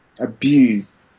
abuse